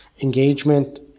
engagement